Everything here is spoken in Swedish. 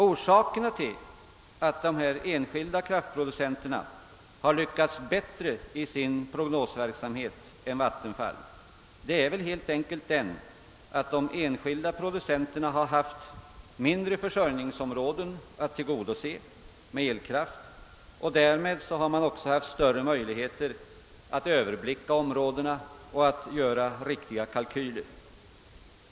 Orsakerna till att dessa enskilda kraftproducenter lyckats bättre i sin prognosverksamhet än Vattenfall är väl helt enkelt den, att de enskilda producenterna haft mindre försörjningsområden att tillgodose med elkraft. Därmed har de också haft större möjligheter att överblicka områdena och att göra riktiga kalkyler.